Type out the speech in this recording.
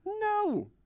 No